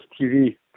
TV